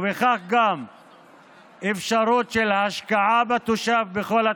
ובכך גם אפשרות של השקעה בתושב בכל התחומים,